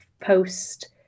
post